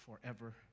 forever